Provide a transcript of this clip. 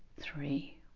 three